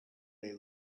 they